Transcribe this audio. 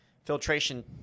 Filtration